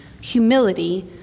humility